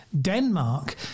Denmark